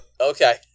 okay